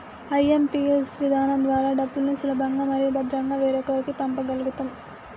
IMPS విధానం ద్వారా డబ్బుల్ని సులభంగా మరియు భద్రంగా వేరొకరికి పంప గల్గుతం